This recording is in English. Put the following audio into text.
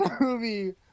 movie